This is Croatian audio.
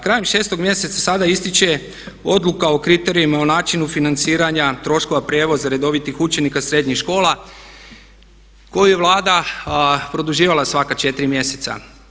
Krajem 6 mjeseca sada ističe Odluka o kriterijima o načinu financiranja troškova prijevoza redovitih učenika srednjih škola koje je Vlada produživala svaka 4 mjeseca.